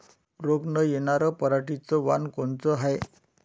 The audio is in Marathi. रोग न येनार पराटीचं वान कोनतं हाये?